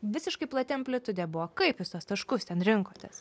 visiškai plati amplitudė buvo kaip jūs tuos taškus ten rinkotės